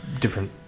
different